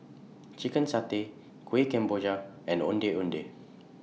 Chicken Satay Kueh Kemboja and Ondeh Ondeh